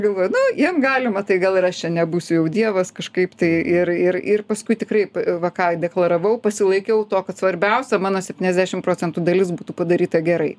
galvoju na jiem galima tai gal ir aš čia nebūsiu jau dievas kažkaip tai ir ir ir paskui tikrai va ką deklaravau pasilaikiau to kad svarbiausia mano septyniasdešim procentų dalis būtų padaryta gerai